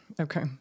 Okay